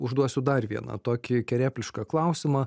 užduosiu dar vieną tokį kerėplišką klausimą